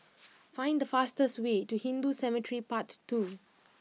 find the fastest way to Hindu Cemetery Path Two